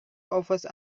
office